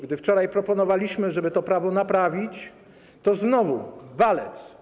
Gdy wczoraj proponowaliśmy, żeby to prawo naprawić, to znowu - walec.